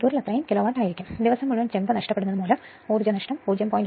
അതിനാൽ ദിവസം മുഴുവൻ ചെമ്പ് നഷ്ടപ്പെടുന്നതുമൂലം ഊർജ്ജനഷ്ടം 0